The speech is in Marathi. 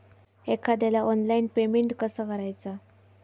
एखाद्याला ऑनलाइन पेमेंट कसा करायचा?